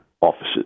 offices